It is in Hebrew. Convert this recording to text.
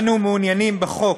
אנו מעוניינים בחוק